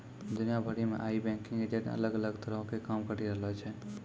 दुनिया भरि मे आइ बैंकिंग एजेंट अलग अलग तरहो के काम करि रहलो छै